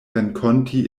renkonti